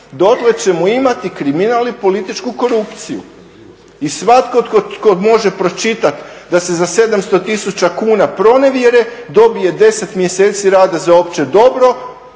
dotle ćemo imati kriminal i političku korupciju. I svatko tko može pročitati da se za 700 tisuća kuna pronevjere dobije 10 mjeseci rada za opće dobro